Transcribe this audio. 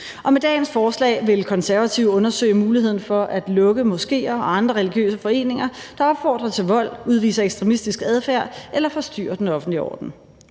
Og med dagens beslutningsforslag vil Konservative undersøge muligheden for at lukke moskéer og andre religiøse foreninger, der opfordrer til vold, udviser ekstremistisk adfærd eller forstyrrer den offentlige orden.